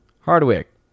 Hardwick